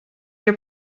your